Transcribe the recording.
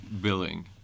billing